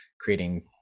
creating